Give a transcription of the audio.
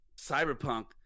Cyberpunk